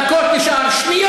נשאר דקות, שניות.